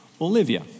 Olivia